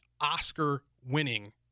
Oscar-winning